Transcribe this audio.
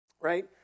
right